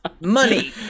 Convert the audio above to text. Money